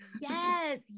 Yes